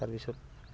তাৰপিছত